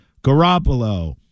Garoppolo